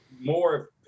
more